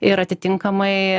ir atitinkamai